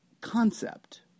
concept